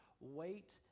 wait